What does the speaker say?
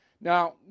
Now